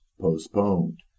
postponed